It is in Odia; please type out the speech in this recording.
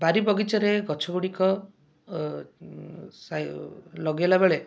ବାରି ବଗିଚାରେ ଗଛଗୁଡ଼ିକ ସା ଲଗେଇଲା ବେଳେ